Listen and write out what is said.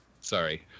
Sorry